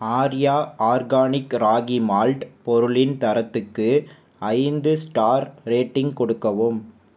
Arya organic ragi malt பொருளின் தரத்துக்கு ஐந்து ஸ்டார் ரேட்டிங் கொடுக்கவும்